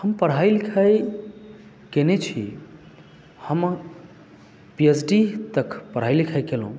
हम पढाई लिखाइ कएने छी हम पी एचडी तक पढाई लिखाई केलहुँ